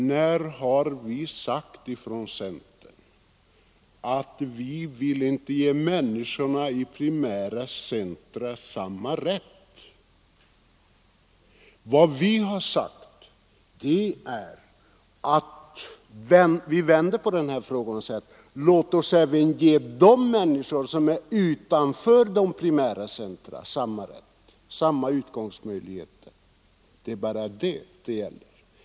När har vi i centern sagt att vi inte vill ge människorna i primära centra samma rätt som andra? Vi har vänt på saken och sagt: Låt oss även ge de människor som bor utanför primära centra samma rätt, samma möjligheter! Det är detta det gäller.